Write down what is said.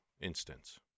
instance